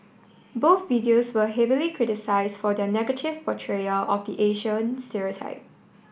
both videos were heavily criticised for their negative portrayal of the Asian stereotype